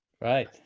right